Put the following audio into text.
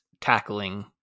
tackling